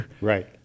Right